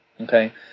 Okay